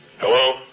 Hello